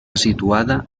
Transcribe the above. situada